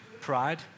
Pride